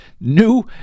New